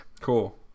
Cool